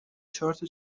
چارت